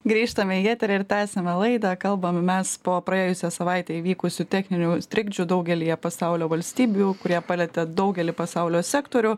grįžtam į eterį ir tęsiame laidą kalbame mes po praėjusią savaitę įvykusių techninių trikdžių daugelyje pasaulio valstybių kurie palietė daugelį pasaulio sektorių